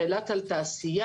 ואילת על תעשייה,